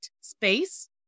space